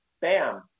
Bam